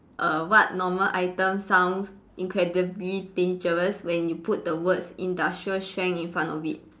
err what normal item sounds incredibly dangerous when you put the words industrial strength in front of it